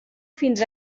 fins